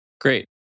Great